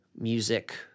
music